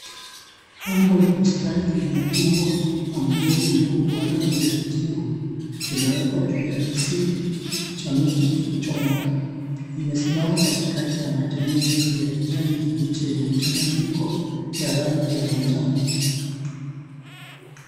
Pambo la bustani lenye umbo la mtungi mkuu wa rangi ya kijivu imewekwa juu ya kisiki cha mti kilichong'oka. Limesimama katikati ya majani mengi ya kijani kibichi yenye mchanganyiko ya rangi ya manjano.